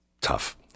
tough